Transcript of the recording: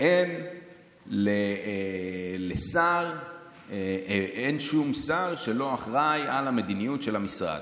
אין שר שלא אחראי על המדיניות של המשרד.